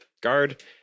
guard